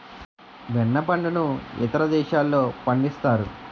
వెన్న పండును ఇతర దేశాల్లో పండిస్తారు